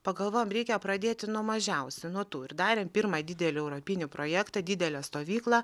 pagalvojom reikia pradėti nuo mažiausių nuo tų ir darėm pirmą didelį europinį projektą didelę stovyklą